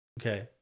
Okay